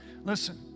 Listen